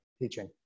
teaching